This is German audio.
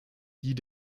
die